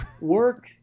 work